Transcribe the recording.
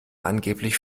angeblich